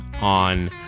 on